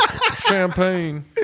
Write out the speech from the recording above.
Champagne